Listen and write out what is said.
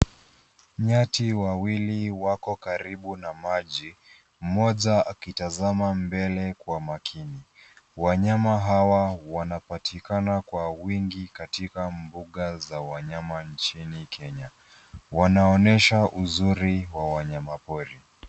Nyati wawili wako karibu na maji, mmoja akitazama mbele kwa makini. Wanyama hawa wanapatikana kwa wingi katika mbuga za wanyama nchini Kenya. Wanaonyesha uzuri wa wanyamapori.